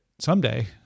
someday